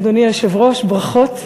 אדוני היושב-ראש, ברכות.